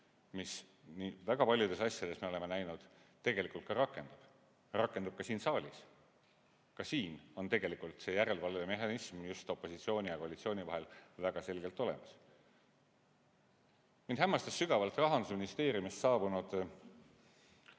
me väga paljudes asjades oleme näinud, tegelikult ka rakendub. Rakendub ka siin saalis. Ka siin on tegelikult see järelevalvemehhanism just opositsiooni ja koalitsiooni vahel väga selgelt olemas. Mind hämmastas sügavalt Rahandusministeeriumist saabunud